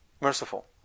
merciful